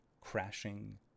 crashing